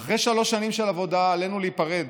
"אחרי שלוש שנים של עבודה עלינו להיפרד,